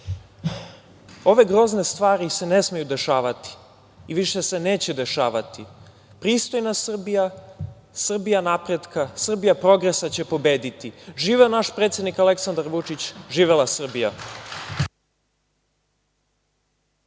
grozne stvari se ne smeju dešavati i više se neće dešavati. Pristojna Srbija, Srbija napretka, Srbija progresa će pobediti. Živeo naš predsednik Aleksandar Vučić! Živela Srbija!